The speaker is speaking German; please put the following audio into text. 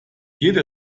jede